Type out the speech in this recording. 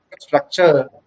structure